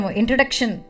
introduction